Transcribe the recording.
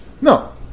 No